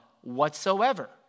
whatsoever